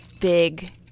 big